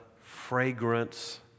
fragrance